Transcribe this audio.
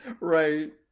Right